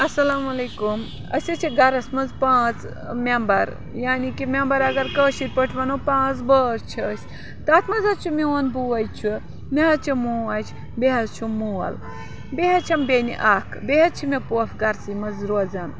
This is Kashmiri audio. اَسَلامُ علیکُم أسۍ حظ چھِ گَرَس منٛز پانٛژھ مٮ۪مبَر یعنے کہِ مٮ۪مبَر اگر کٲشِر پٲٹھۍ وَنو پانٛژھ بٲژ چھِ أسۍ تَتھ منٛز حظ چھُ میون بوے چھُ مےٚ حظ چھِ موج بیٚیہِ حظ چھُ مول بیٚیہِ حظ چھَم بیٚنہِ اَکھ بیٚیہِ حظ چھِ مےٚ پوٚف گَرسٕے منٛز روزَن